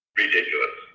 ridiculous